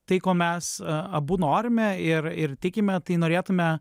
tai ko mes abu norime ir ir tikime tai norėtume